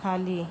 खाली